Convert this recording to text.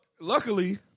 Luckily